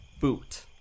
boot